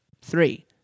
Three